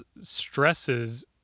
stresses